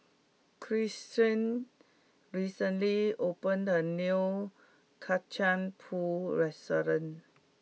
Christen recently opened a new Kacang pool restaurant